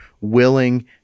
willing